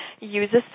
uses